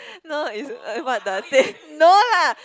no is eh what does that no lah